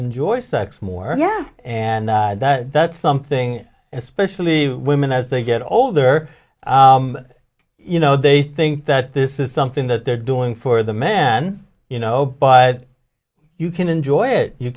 enjoy sex more yeah and that's something especially women as they get older you know they think that this is something that they're doing for the man you know but you can enjoy it you